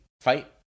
fight